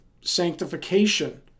sanctification